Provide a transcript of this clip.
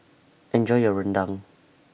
Enjoy your Rendang